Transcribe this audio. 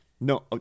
No